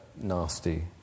nasty